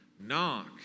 Knock